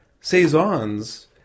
Saison's